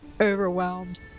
overwhelmed